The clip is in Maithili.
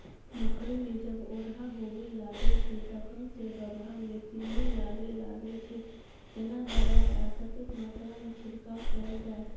मकई मे जब ओरहा होबय लागय छै तखन से गबहा मे पिल्लू लागय लागय छै, केना दबाय आ कतेक मात्रा मे छिरकाव कैल जाय?